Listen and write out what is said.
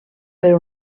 per